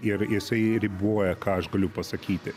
ir jisai riboja ką aš galiu pasakyti